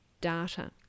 data